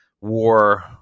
war